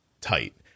tight